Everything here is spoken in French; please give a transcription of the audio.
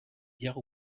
dire